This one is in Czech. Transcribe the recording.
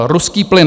Ruský plyn.